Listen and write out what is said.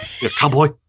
Cowboy